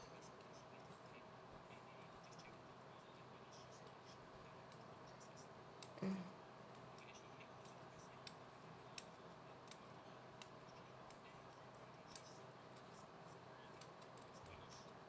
mm